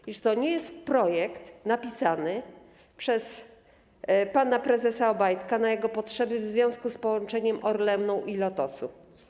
I czy to nie jest projekt napisany przez pana prezesa Obajtka na jego potrzeby w związku z połączeniem Orlenu i Lotosu?